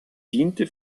diente